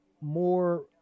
more